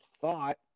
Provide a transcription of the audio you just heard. thought